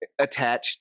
attached